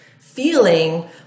feeling